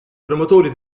promotori